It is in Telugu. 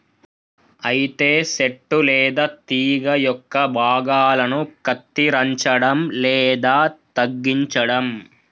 అయితే సెట్టు లేదా తీగ యొక్క భాగాలను కత్తిరంచడం లేదా తగ్గించడం